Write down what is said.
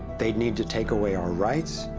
they need to take away our rights,